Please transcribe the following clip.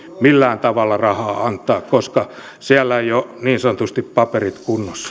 millään tavalla rahaa antaa koska siellä eivät ole niin sanotusti paperit